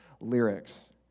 lyrics